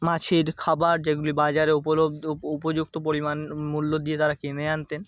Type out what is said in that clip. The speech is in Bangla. মাছের খাবার যেগুলি বাজারে উপলব্ধ উপ উপযুক্ত পরিমাণ মূল্য দিয়ে তারা কিনে আনতেন